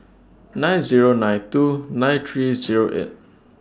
nine Zero nine two nine three Zero eight